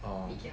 orh